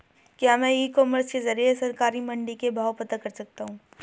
क्या मैं e commerce के ज़रिए सरकारी मंडी के भाव पता कर सकता हूँ?